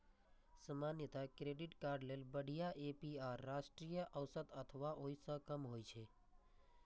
सामान्यतः credit card लेल बढ़िया ए.पी.आर राष्ट्रीय औसत अथवा ओइ सं कम होइ छै